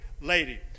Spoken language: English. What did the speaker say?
lady